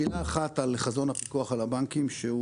מילה אחת על חזון הפיקוח על הבנקים שהוא,